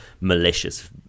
malicious